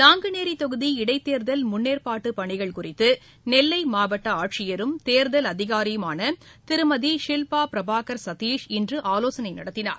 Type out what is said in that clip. நாங்குநேரி தொகுதி இடைத்தேர்தல் முன்னேற்பாடு பணிகள் குறித்து நெல்லை மாவட்ட ஆட்சியரும் தேர்தல் அதிகாரியுமான திருமதி ஷில்பா பிரபாகர் சதீஷ் இன்று ஆலோசனை நடத்தினார்